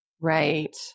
Right